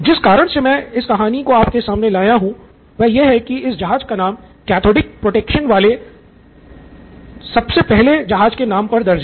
जिस कारण से मैं इस कहानी को आपके सामने लाया हूँ वह यह है कि इस जहाज का नाम कैथोडिक प्रोटेक्शन पाने वाले सबसे पहले जहाज के नाम पे दर्ज है